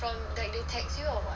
from but they text you or what